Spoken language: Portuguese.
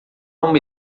uma